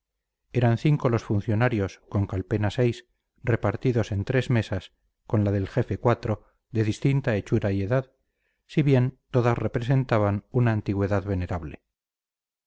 eran cinco los funcionarios con calpena seis repartidos en tres mesas con la del jefe cuatro de distinta hechura y edad si bien todas representaban una antigüedad venerable